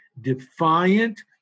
defiant